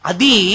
Adi